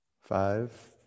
Five